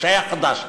כשהיה חדש,